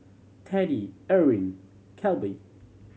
Teddie Irwin Kelby